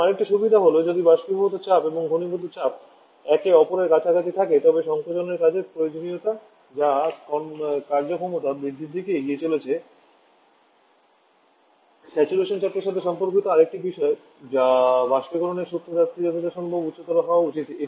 এবং আরেকটি সুবিধা হল যদি বাষ্পীভূত চাপ এবং ঘনীভূত চাপ একে অপরের কাছাকাছি থাকে তবে সংকোচনের কাজের প্রয়োজনীয়তা যা কার্যক্ষমতা বৃদ্ধির দিকে এগিয়ে চলেছে স্যাচুরেশন চাপের সাথে সম্পর্কিত আরেকটি বিষয় যা বাষ্পীয়করণের সুপ্ত তাপটি যতটা সম্ভব উচ্চতর হওয়া উচিত